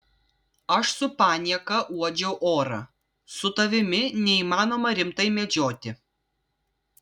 aš su panieka uodžiau orą su tavimi neįmanoma rimtai medžioti